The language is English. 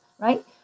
right